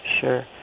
Sure